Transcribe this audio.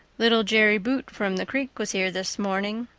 little jerry buote from the creek was here this morning,